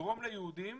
תגרום ליהודים